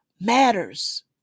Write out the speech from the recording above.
matters